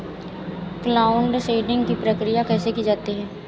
Cloud seeding की प्रक्रिया कैसे की जाती है?